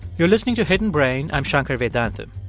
you're listening to hidden brain. i'm shankar vedantam.